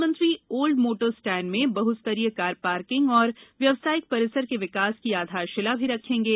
प्रधानमंत्री old motor stand में बहु स्तरीय कार पार्किंग और व्यावसायिक परिसर के विकास की आधारशिला भी रखेंगे